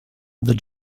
the